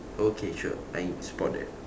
okay sure I spot that